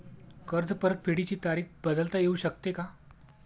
कर्ज परतफेडीची तारीख बदलता येऊ शकते का?